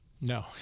No